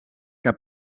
que